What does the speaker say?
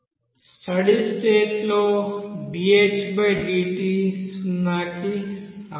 study state లో dhdt సున్నాకి సమానం